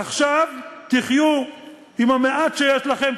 עכשיו תחיו עם המעט שיש לכם,